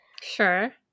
Sure